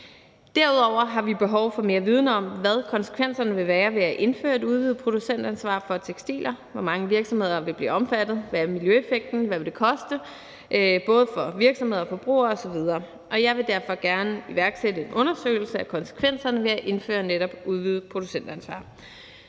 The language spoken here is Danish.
Derudover har vi behov for mere viden om, hvad konsekvenserne vil være ved at indføre et udvidet producentansvar for tekstiler: Hvor mange virksomheder vi blive omfattet? Hvad er miljøeffekten? Hvad vil det koste, både for virksomheder og for forbrugere osv.? Jeg vil derfor gerne iværksætte en undersøgelse af konsekvenserne ved at indføre netop udvidet producentansvar.